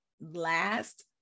last